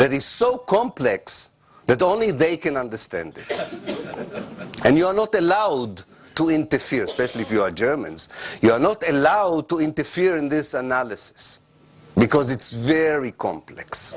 that is so complex that only they can understand and you are not allowed to interfere specially if you are germans you are not allowed to interfere in this analysis because it's very complex